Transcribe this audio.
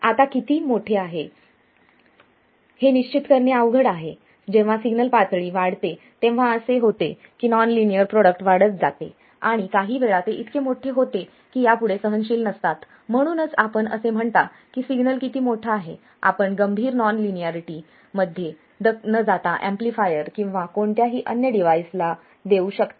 आता किती मोठे आहे हे निश्चित करणे अवघड आहे जेव्हा सिग्नल पातळी वाढते तेव्हा असे होते की नॉन लिनियर प्रॉडक्ट वाढत जाते आणि काही वेळा ते इतके मोठे होते की ते यापुढे सहनशील नसतात म्हणूनच आपण असे म्हणता की सिग्नल किती मोठा आहे आपण गंभीर नॉन लिनियरिटी मध्ये न जाता एम्पलीफायरला किंवा कोणत्याही अन्य डिव्हाइस ला देऊ शकता